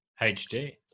HD